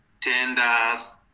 tenders